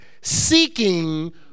Seeking